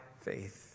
faith